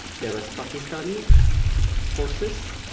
there was pakistani forces,